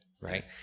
Right